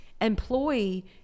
employee